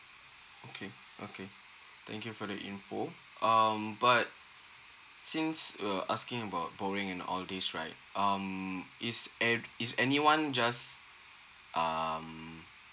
okay okay thank you for the info um but since you're asking about borrowing and all these right um is any is any one just um